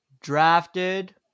drafted